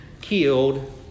killed